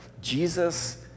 Jesus